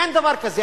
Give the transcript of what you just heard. אין דבר כזה.